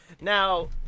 now